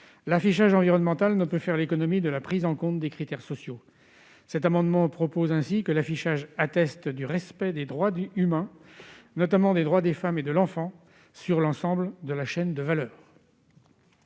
l'affichage environnemental ne peut faire l'économie de la prise en compte des critères sociaux. Cet amendement tend ainsi à prévoir que l'affichage atteste du respect des droits humains, notamment des droits des femmes et de l'enfant, sur l'ensemble de la chaîne de valeur.